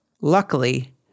Luckily